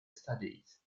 studies